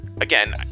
again